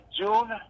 June